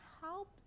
help